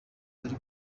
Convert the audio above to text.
bari